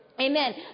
Amen